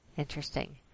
interesting